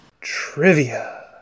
Trivia